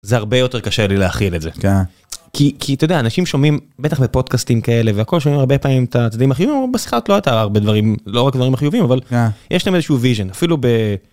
זה הרבה יותר קשה לי להכיל את זה, כן, כי כי אתה יודע אנשים שומעים בטח בפודקאסטים כאלה והכל שומעים הרבה פעמים ת'צדדים החיוביים, בשיחה הזאת לא הייתה הרבה דברים לא רק דברים חיובים אבל יש להם איזשהו vision אפילו ב..